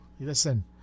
Listen